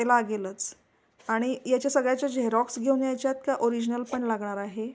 ते लागेलच आणि याच्या सगळ्याचे झेरॉक्स घेऊन याच्यात का ओरिजनल पण लागणार आहे